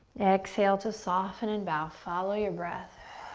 exhale to soften and bow. follow your breath.